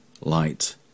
light